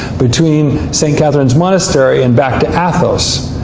between st. catherine's monastery and back to athos.